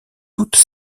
toutes